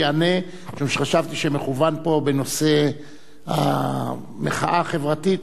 משום שחשבתי שמכוון פה בנושא המחאה החברתית